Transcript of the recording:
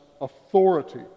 authority